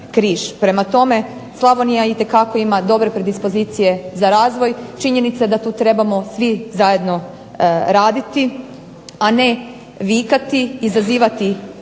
Prema tome, Slavonija ima itekako dobre predispozicije za razvoj činjenica da tu trebamo svi zajedno raditi a ne vikati, izazivati